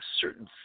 certain